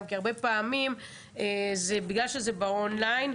כי הרבה פעמים בגלל שזה באון-ליין,